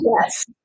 Yes